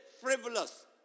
frivolous